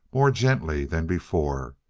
more gently than before,